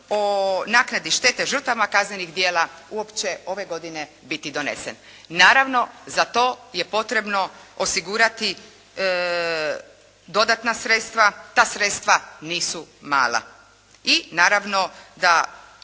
o naknadi štete žrtvama kaznenih djela uopće ove godine biti donesen. Naravno, za to je potrebno osigurati dodatna sredstva, ta sredstva nisu mala. I naravno da,